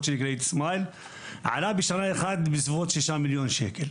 של כלית סמייל עלה בשנה אחת בסביבות 6 מיליון שקל,